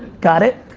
got it?